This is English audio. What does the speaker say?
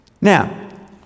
Now